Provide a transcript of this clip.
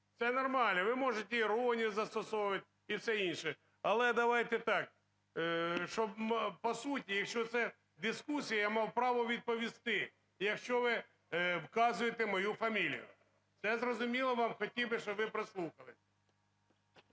це нормально, ви можете іронію застосовувати і все інше. Але давайте так, щоб по суті, якщо це дискусія, я мав право відповісти, якщо ви вказуєте мою фамілію. Це зрозуміло вам? Хотів би, щоб ви прослухали.